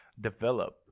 develop